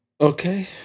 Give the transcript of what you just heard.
Okay